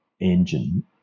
engine